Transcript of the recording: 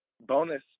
bonus